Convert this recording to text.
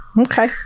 Okay